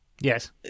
Yes